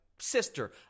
Sister